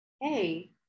hey